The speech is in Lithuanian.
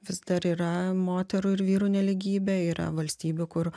vis dar yra moterų ir vyrų nelygybė yra valstybių kur